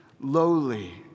lowly